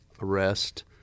arrest